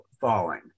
falling